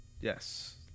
Yes